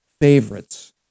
favorites